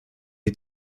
die